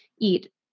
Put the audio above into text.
eat